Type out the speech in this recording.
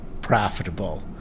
profitable